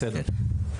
בסדר.